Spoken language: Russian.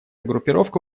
группировка